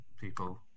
people